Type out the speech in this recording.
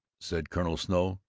said colonel snow,